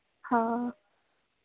हां